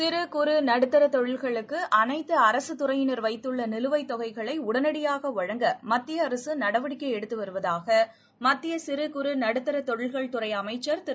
சிறு குறு நடுத்தர தொழில்களுக்கு அனைத்து அரசு துறையினர் வைத்துள்ள நிலுவைத் தொகைகளை உடனடியாக வழங்க மத்திய அரசு நடவடிக்கை எடுத்து வருவதாக மத்திய சிறு குறு நடுத்தர தொழில்கள் துறை அமைச்சர் திரு